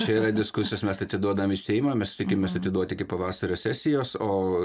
čia yra diskusijos mes atiduodam į seimą mes tikimės atiduot iki pavasario sesijos o